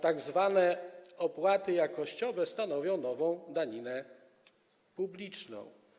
Tak zwane opłaty jakościowe stanowią nową daninę publiczną.